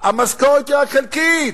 המשכורת היא רק חלקית.